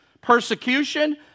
persecution